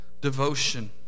devotion